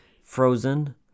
frozen